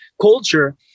culture